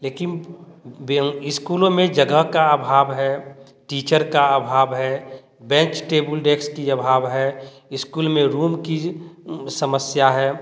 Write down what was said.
लेकिन स्कूलों में जगह का अभाव है टीचर का अभाव है बेंच टेबुल डैक्स की अभाव है स्कूल में रूम की समस्या है